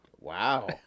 Wow